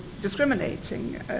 discriminating